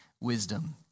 wisdom